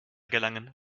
gelangen